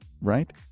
right